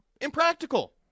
impractical